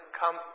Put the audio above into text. come